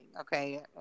okay